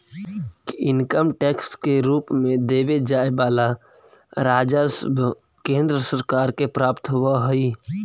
income tax के रूप में देवे जाए वाला राजस्व केंद्र सरकार के प्राप्त होव हई